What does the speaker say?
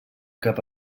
cap